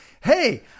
hey